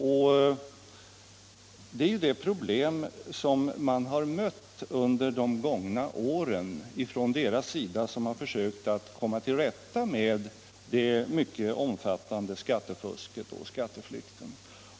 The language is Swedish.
Och det är ju det problemet man har mött under de gångna åren när man försökt att komma till rätta med det mycket omfattande skattefusket och den stora skatteflykten.